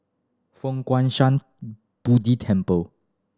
Fo Guang Shan Buddha Temple